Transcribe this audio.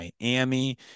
Miami